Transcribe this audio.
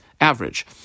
Average